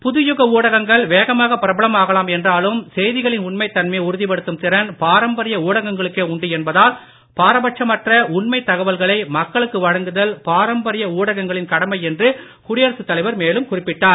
புதுயுக ஊடகங்கள் வேமாக பிரபலம் ஆகலாம் என்றாலும் செய்திகளின் உண்மைத் தன்மையை உறுதிப்படுத்தும் திறன் பாரம்பரிய ஊடகங்களுக்கே உண்டு என்பதால் பாரபட்சமற்ற உண்மைத் தகவல்களை மக்களுக்கு வழங்குதல் பாரம்பரிய ஊடகங்களின் கடமை என்று குடியரசத் தலைவர் மேலும் குறிப்பிட்டார்